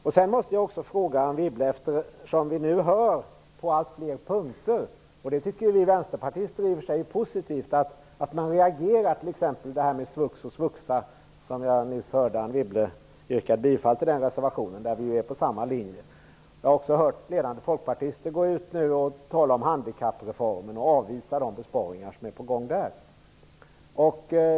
Sedan måste jag fråga Anne Wibble om det här med svux och svuxa. Vi i Vänsterpartiet tycker i och för sig att det är positivt att man har reagerat. Jag hörde Anne Wibble yrka bifall till den reservationen, och där är vi inne på samma linje. Ledande folkpartister går nu ut och talar om handikappreformen och avvisar de besparingar som är på gång där.